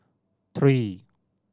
three